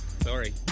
Sorry